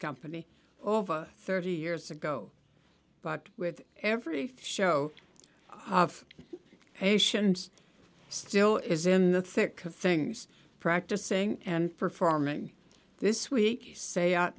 company over thirty years ago but with every few show of patients still is in the thick of things practicing and performing this week say out